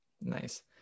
Nice